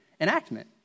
enactment